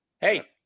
Hey